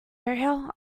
area